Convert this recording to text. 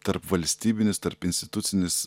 tarpvalstybinis tarpinstitucinis